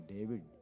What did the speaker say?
David